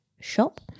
shop